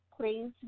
please